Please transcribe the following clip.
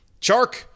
Chark